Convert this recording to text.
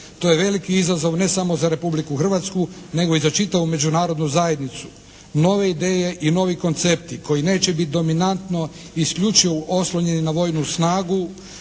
To je veliki izazov ne samo za Republiku Hrvatsku nego i za čitavu međunarodnu zajednicu. Nove ideje i novi koncepti koji neće biti dominantno isključivo oslonjeni na vojnu snagu,